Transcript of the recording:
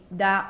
da